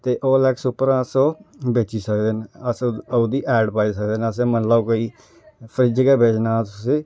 ते O L X परां ओह् बेची सकदे न अस ओह्दी एड पोआई सकने दे ने मतलब कोई फ्रिज गै बेचना तुसेंगी